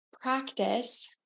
practice